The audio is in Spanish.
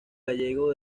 gallego